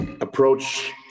approach